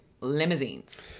limousines